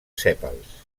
sèpals